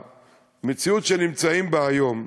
במציאות שאנחנו נמצאים בה היום,